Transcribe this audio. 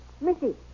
Missy